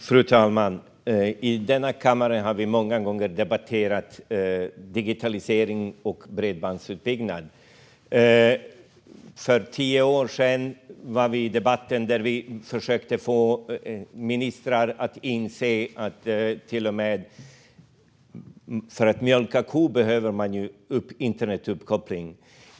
Fru talman! I denna kammare har vi många gånger debatterat digitalisering och bredbandsutbyggnad. För tio år sedan försökte vi i debatten få ministrar att inse att man till och med för att mjölka kor behöver internetuppkoppling.